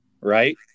right